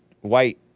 white